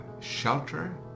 shelter